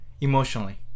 emotionally